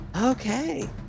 Okay